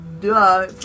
Duh